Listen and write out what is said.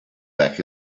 back